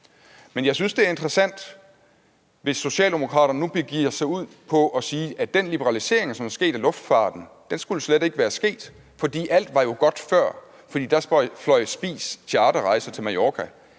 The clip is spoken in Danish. Men jeg synes, det er interessant, hvis Socialdemokraterne nu begiver sig ud i at sige, at den liberalisering af luftfarten, som er sket, slet ikke skulle være sket, fordi alt jo var godt før, for da fløj Spies charterrejsende til Mallorca.